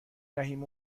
دهیم